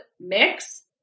mix